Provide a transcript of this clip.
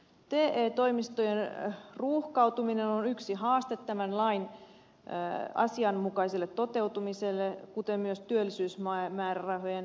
te toimistojen ruuhkautuminen on yksi haaste tämän lain asianmukaiselle toteutumiselle kuten myös työllisyysmäärärahojen riittävyys